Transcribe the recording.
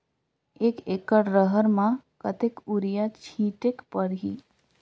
एक एकड रहर म कतेक युरिया छीटेक परही?